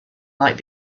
might